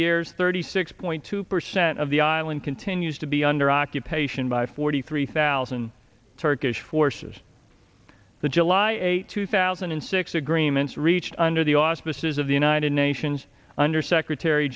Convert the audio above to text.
years thirty six point two percent of the island continues to be under occupation by forty three thousand turkish forces the july eighth two thousand and six agreements reached under the auspices of the united nations under secretary